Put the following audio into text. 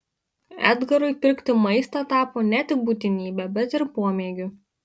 edgarui pirkti maistą tapo ne tik būtinybe bet ir pomėgiu